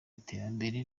iterambere